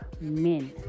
men